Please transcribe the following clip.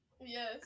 Yes